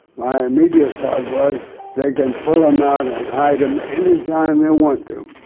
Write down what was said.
my immediate thought was they can pull them out and hide them any time they want to,